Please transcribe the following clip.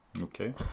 Okay